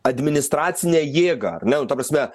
administracinę jėga ar ne nu ta prasme